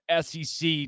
SEC